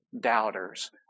doubters